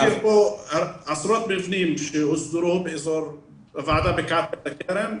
אני מכיר עשרות מבנים שהוסדרו בוועדה בכרם,